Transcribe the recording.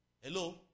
Hello